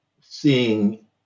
seeing